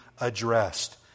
addressed